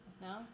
No